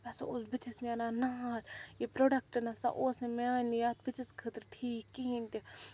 مےٚ ہسا اوس بُتھِس نیران نار یہِ پرٛوڈَکٹہٕ نَہ سا اوس نہٕ میٛانہِ یَتھ بُتھِس خٲطرٕ ٹھیٖک کِہیٖنۍ تہِ نہٕ